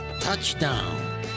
Touchdown